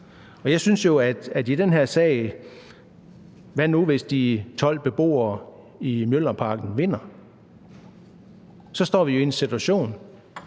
sag ved domstolene. Hvad nu, hvis de 12 beboere i Mjølnerparken vinder? Så står vi jo i den situation,